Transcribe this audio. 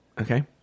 okay